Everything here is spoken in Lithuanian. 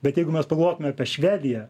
bet jeigu mes pagalvotume apie švediją